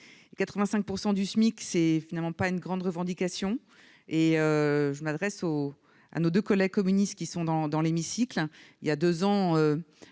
85 % du SMIC, ce n'est pas une grande revendication. Je m'adresse à nos deux collègues communistes présents dans l'hémicycle : voilà deux ans,